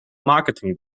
marketing